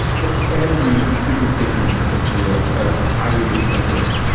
but every presentation is essentially a ah highly eccentric